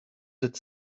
that